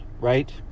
right